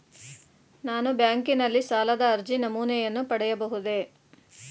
ನಾನು ಬ್ಯಾಂಕಿನಲ್ಲಿ ಸಾಲದ ಅರ್ಜಿ ನಮೂನೆಯನ್ನು ಪಡೆಯಬಹುದೇ?